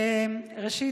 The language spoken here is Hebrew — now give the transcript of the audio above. ראשית,